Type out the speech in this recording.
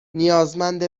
نیازمند